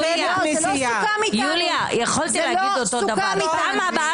עם כל הכבוד, אסור לכם להגביל אותנו במס'